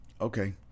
Okay